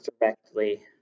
directly